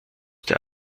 der